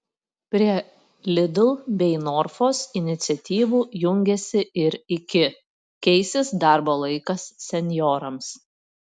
prie lidl bei norfos iniciatyvų jungiasi ir iki keisis darbo laikas senjorams